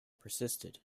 persisted